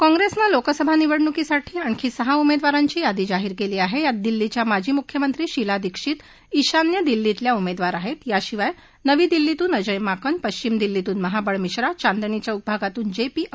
काँग्रस्ति लिकसभा निवडणुकीसाठी आणखी सहा उमद्विरांची यादी जाहीर क्वी आह बात दिल्लीच्या माजी मुख्यमंत्री शीला दिक्षित श्वान्य दिल्लीतल्या उमद्विर आहस्त याशिवाय नवी दिल्लीतून अजय माकन पश्विम दिल्लीतून महावळ मिश्रा चांदनी चौक भागातून जप्ती